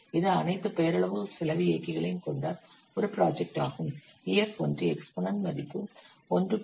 இது அனைத்து பெயரளவு செலவு இயக்கிகளையும் கொண்ட ஒரு ப்ராஜெக்ட் ஆகும் EAF 1 எக்ஸ்பொனென்ட மதிப்பு 1